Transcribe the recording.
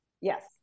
Yes